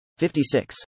56